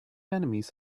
enemies